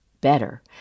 better